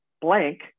blank